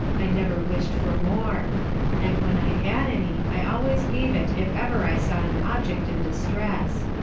i never wish'd for more and when i had any i always gave it if ever i saw an object in distress.